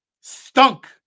stunk